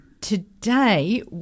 Today